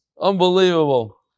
unbelievable